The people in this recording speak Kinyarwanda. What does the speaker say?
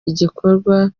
igikorwa